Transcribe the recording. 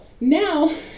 Now